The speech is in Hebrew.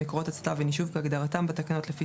"מקורות הצתה" ו"נישוב" כהגדרתם בתקנות לפי